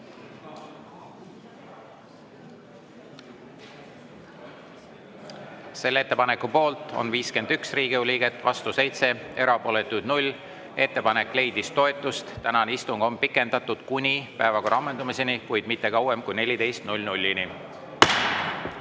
Selle ettepaneku poolt on 51 Riigikogu liiget, vastu 7, erapooletuid 0. Ettepanek leidis toetust. Tänane istung on pikendatud kuni päevakorra ammendumiseni, kuid mitte kauem kui 14‑ni.